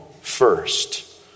first